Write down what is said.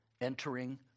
entering